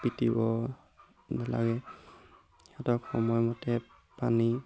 পিতিব নালাগে সিহঁতক সময়মতে পানী